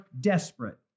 desperate